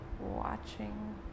watching